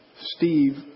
Steve